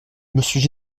monsieur